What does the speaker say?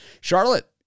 Charlotte